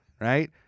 Right